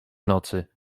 nocy